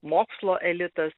mokslo elitas